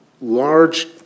large